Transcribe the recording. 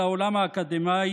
על העולם האקדמי,